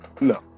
No